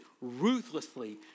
ruthlessly